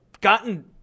gotten